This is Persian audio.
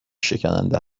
شکننده